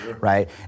right